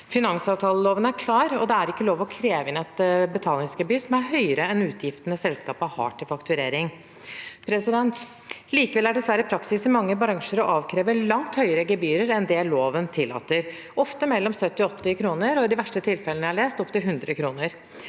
Finansavtaleloven er klar: Det er ikke lov å kreve inn et betalingsgebyr som er høyere enn utgiftene selskapene har til fakturering. Likevel er praksis i mange bransjer dessverre å avkreve langt høyere gebyrer enn det loven tillater, ofte mellom 70 og 80 kr, og i de verste tilfellene jeg har lest om, opptil 100 kr.